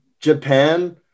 Japan